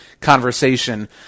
conversation